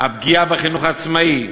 הפגיעה בחינוך העצמאי,